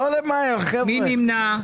מי נמנע?